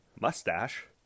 mustache